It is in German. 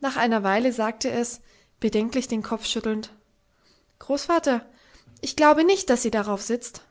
nach einer weile sagte es bedenklich den kopf schüttelnd großvater ich glaube nicht daß sie darauf sitzt